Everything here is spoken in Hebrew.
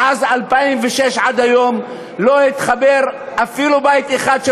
מאז 2006 ועד היום לא חובר אפילו בית אחד של